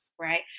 right